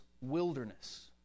wilderness